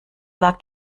lag